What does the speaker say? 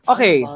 Okay